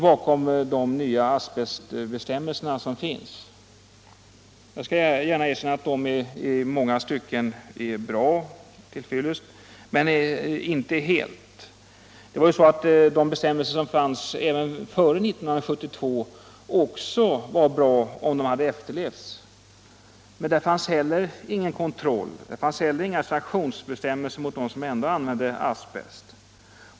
bakom de nya asbestbestämmelser som finns. Jag skall gärna erkänna att dessa bestämmelser i långa stycken är bra, men de är inte helt till fvilest. De bestämmelser som fanns även före 1972 var också bra, om de hade efterlevts. Men där fanns heller ingen kontroll och inga sanktionsbestämmelser mot dem som iändå använde asbest.